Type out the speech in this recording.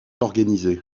organisé